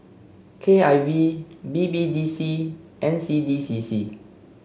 K I V B B D C N C D C C